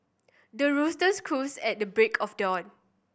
the roosters crows at the break of dawn